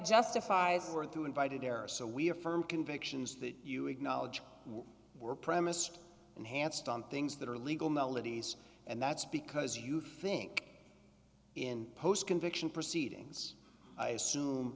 justifies or through invited error so we have firm convictions that you acknowledge we're premised enhanced on things that are legal melodies and that's because you think in post conviction proceedings i assume